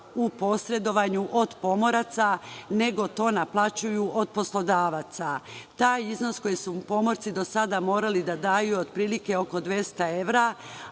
u posredovanju od pomoraca, nego to naplaćuju od poslodavaca. Taj iznos koji su pomorci do sada morali da daju, otprilike oko 200 evra,